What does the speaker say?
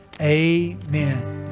amen